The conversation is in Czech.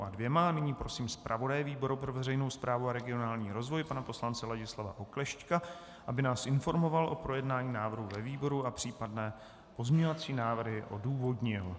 A nyní prosím zpravodaje výboru pro veřejnou správu a regionální rozvoj pana poslance Ladislava Oklešťka, aby nás informoval o projednání návrhu ve výboru a případné pozměňovací návrhy odůvodnil.